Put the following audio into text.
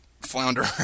flounder